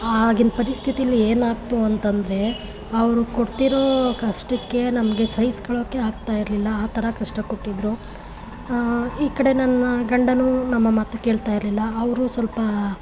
ಆಗಿನ ಪರಿಸ್ಥಿತೀಲಿ ಏನಾಯ್ತು ಅಂತಂದರೆ ಅವರು ಕೊಡ್ತಿರೋ ಕಷ್ಟಕ್ಕೆ ನಮಗೆ ಸಹಿಸ್ಕೊಳ್ಳೋಕೆ ಆಗ್ತಾಯಿರಲಿಲ್ಲ ಆ ಥರ ಕಷ್ಟ ಕೊಟ್ಟಿದ್ದರು ಈ ಕಡೆ ನನ್ನ ಗಂಡನೂ ನಮ್ಮ ಮಾತು ಕೇಳ್ತಾಯಿರಲಿಲ್ಲ ಅವರು ಸ್ವಲ್ಪ